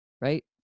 right